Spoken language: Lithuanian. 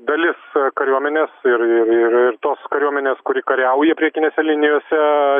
dalis kariuomenės ir ir ir tos kariuomenės kuri kariauja priekinėse linijose